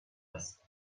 است